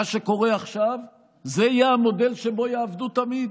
מה שקורה עכשיו יהיה המודל שבו יעבדו תמיד.